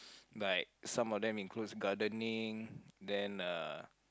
like some of them includes gardening then uh